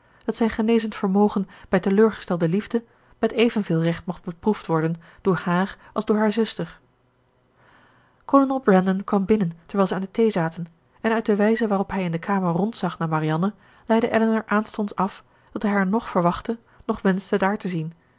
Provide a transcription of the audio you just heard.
dat zijn genezend vermogen bij teleurgestelde liefde met evenveel recht mocht beproefd worden door haar als door hare zuster kolonel brandon kwam binnen terwijl zij aan de thee zaten en uit de wijze waarop hij in de kamer rondzag naar marianne leidde elinor aanstonds af dat hij haar noch verwachtte noch wenschte daar te zien